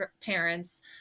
parents